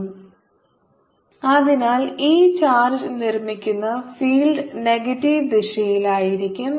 qr2 z അതിനാൽ ഈ charge നിർമ്മിക്കുന്ന ഫീൽഡ് നെഗറ്റീവ് ദിശയിലായിരിക്കും